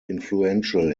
influential